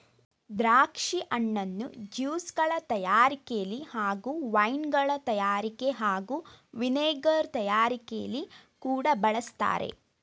ದ್ರಾಕ್ಷಿ ಹಣ್ಣನ್ನು ಜ್ಯೂಸ್ಗಳ ತಯಾರಿಕೆಲಿ ಹಾಗೂ ವೈನ್ಗಳ ತಯಾರಿಕೆ ಹಾಗೂ ವಿನೆಗರ್ ತಯಾರಿಕೆಲಿ ಕೂಡ ಬಳಸ್ತಾರೆ